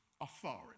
authority